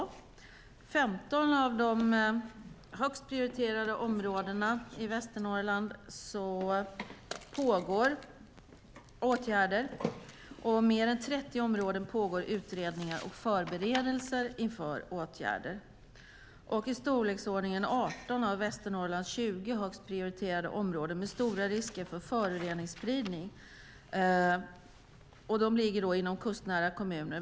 I 15 av de högst prioriterade områdena i Västernorrland pågår åtgärder, och i mer än 30 områden pågår utredningar och förberedelser för åtgärder. I storleksordningen 18 av Västernorrlands 20 högst prioriterade områden med stora risker för föroreningsspridning ligger i kustnära kommuner.